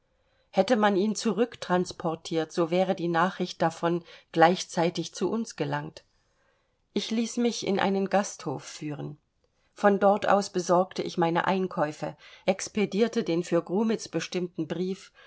hätte man ihn zurücktransportiert so wäre die nachricht davon gleichzeitig zu uns gelangt ich ließ mich in einen gasthof führen von dort aus besorgte ich meine einkäufe expedierte den für grumitz bestimmten brief